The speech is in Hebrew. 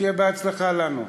שיהיה בהצלחה לנו.